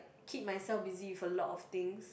keep myself busy for a lot of things